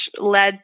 led